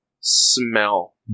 smell